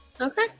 Okay